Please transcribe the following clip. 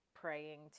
praying